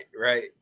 right